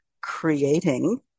creating